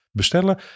bestellen